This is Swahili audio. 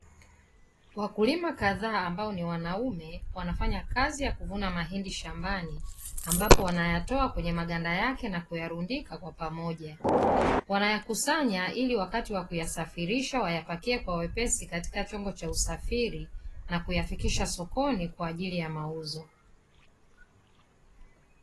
Wakulima kadhaa ambao ni wanaume; wanafanya kazi ya kuvuna mahindi shambani, ambapo wanayatoa kwenye maganda yake na kuyarundika kwa pamoja. Wanayakusanya ili wakati wa kuyasafirisha wayapakie kwa wepesi katika chombo cha usafiri na kuyafikisha sokoni kwa ajili ya mauzo.